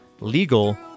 legal